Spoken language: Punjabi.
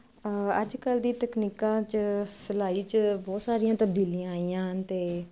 ਹਾਂ ਅੱਜ ਕੱਲ ਦੀ ਤਕਨੀਕਾਂ 'ਚ ਸਿਲਾਈ 'ਚ ਬਹੁਤ ਸਾਰੀਆਂ ਤਬਦੀਲੀਆਂ ਆਈਆਂ ਹਨ ਤੇ